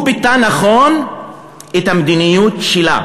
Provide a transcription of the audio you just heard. הוא ביטא נכון את המדיניות שלה: